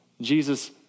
Jesus